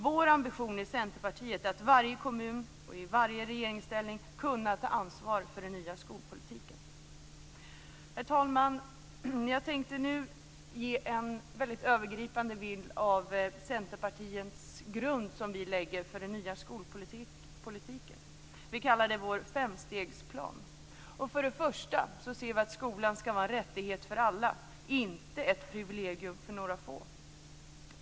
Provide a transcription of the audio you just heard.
Vår ambition i Centerpartiet är att man i varje kommun och i varje regering skall kunna ta ansvar för den nya skolpolitiken. Herr talman! Jag tänkte nu ge en väldigt övergripande bild av den grund som Centerpartiet lägger för den nya skolpolitiken. Vi kallar det för vår femstegsplan. Vi anser att skolan skall vara en rättighet för alla - inte ett privilegium för några få.